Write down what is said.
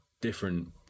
different